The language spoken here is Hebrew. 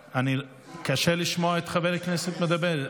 קשה לשמוע את חבר הכנסת מדבר.